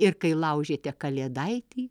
ir kai laužėte kalėdaitį